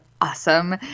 awesome